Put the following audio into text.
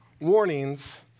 warnings